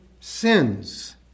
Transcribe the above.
sins